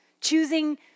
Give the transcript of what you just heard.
Choosing